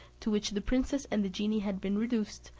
to which the princess and the genie had been reduced,